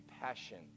passion